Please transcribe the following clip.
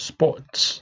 Sports